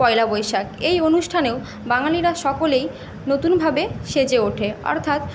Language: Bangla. পয়লা বৈশাখ এই অনুষ্ঠানেও বাঙালিরা সকলেই নতুনভাবে সেজে ওঠে অর্থাৎ